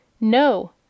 No